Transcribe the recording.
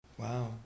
Wow